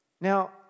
Now